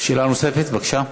שאלה נוספת, בבקשה.